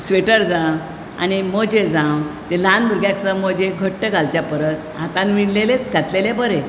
sweater जावं आनी मोजे जावं हे ल्हान भुरग्याक सुद्दां मोजे घट्ट घालचे परस हातांन विणलेलेच घातलेले बरे